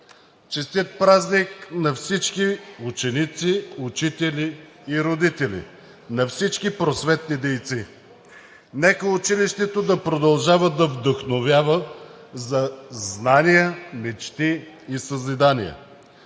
Честит празник на всички ученици, учители и родители, на всички просветни дейци! Нека училището да продължава да вдъхновява за знания, мечти и съзидания.